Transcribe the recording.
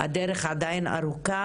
הדרך עדיין ארוכה,